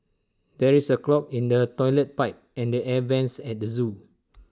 there is A clog in the Toilet Pipe and the air Vents at the Zoo